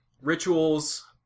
rituals